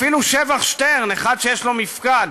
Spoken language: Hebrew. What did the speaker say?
אפילו שבח שטרן, אחד שיש לו מפקד.